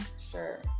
Sure